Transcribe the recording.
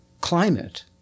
climate